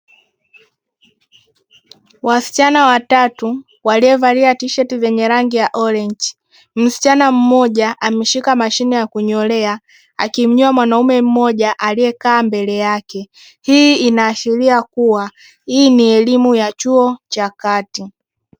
Wasichana watatu walio valia tisheti za rangi ya orenji, msichana mmoja ameshika mashine ya kunyolea akimnyoa mwanaume mmoja aliyekaa mbele yake. Hii inaashiria kua hii ni elimu ya chuo cha kati.